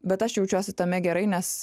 bet aš jaučiuosi tame gerai nes